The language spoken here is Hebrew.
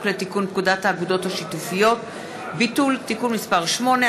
לתיקון פקודת האגודות השיתופיות (ביטול תיקון מס' 8),